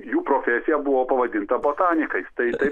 jų profesija buvo pavadinta botanikais tai